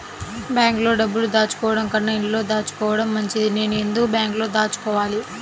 బ్యాంక్లో డబ్బులు దాచుకోవటంకన్నా ఇంట్లో దాచుకోవటం మంచిది నేను ఎందుకు బ్యాంక్లో దాచుకోవాలి?